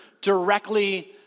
directly